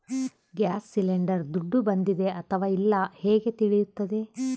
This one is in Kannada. ಗ್ಯಾಸ್ ಸಿಲಿಂಡರ್ ದುಡ್ಡು ಬಂದಿದೆ ಅಥವಾ ಇಲ್ಲ ಹೇಗೆ ತಿಳಿಯುತ್ತದೆ?